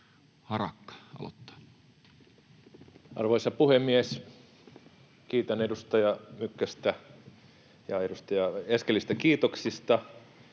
Harakka aloittaa. Arvoisa puhemies! Kiitän edustaja Mykkästä ja edustaja Eskelistä kiitoksista.